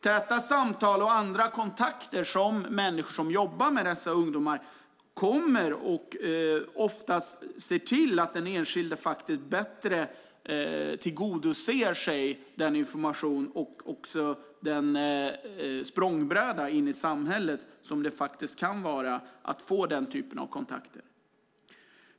Täta samtal och andra kontakter som människor som jobbar med dessa ungdomar har leder oftast till att den enskilde faktiskt bättre tillgodogör sig information och den språngbräda in i samhället som det kan vara att få den här typen av kontakter.